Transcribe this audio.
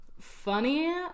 funny